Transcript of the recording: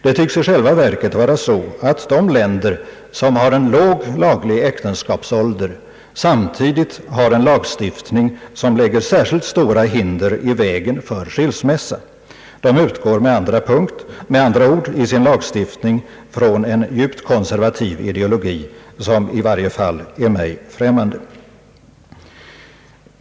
Det tycks i själva verket vara så att de länder som har en låg laglig äktenskapsålder samtidigt har en lagstiftning som lägger särskilt stora hinder i vägen för skilsmässa. De utgår med andra ord i sin lagstiftning från en djupt konservativ ideologi, som i varje fall är mig främmande.